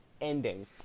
ending